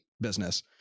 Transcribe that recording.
business